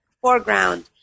foreground